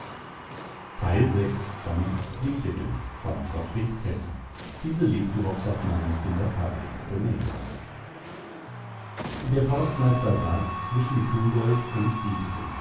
der forstmeister saß zwischen küngolt und